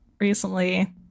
recently